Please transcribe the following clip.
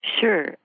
Sure